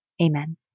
Amen